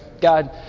God